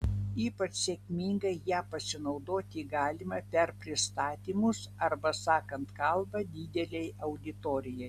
ypač sėkmingai ja pasinaudoti galima per pristatymus arba sakant kalbą didelei auditorijai